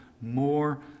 more